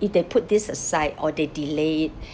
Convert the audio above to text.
if they put this aside or they delay it